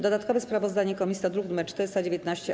Dodatkowe sprawozdanie komisji to druk nr 419-A.